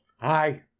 Hi